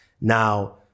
Now